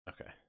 Okay